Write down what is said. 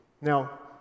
Now